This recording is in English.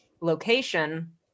location